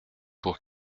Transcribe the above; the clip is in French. pour